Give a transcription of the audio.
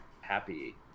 happy